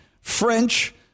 French